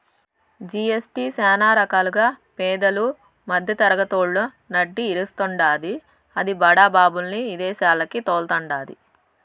GST సానా రకాలుగా పేదలు, మద్దెతరగతోళ్ళు నడ్డి ఇరస్తాండాది, అది బడా బాబుల్ని ఇదేశాలకి తోల్తండాది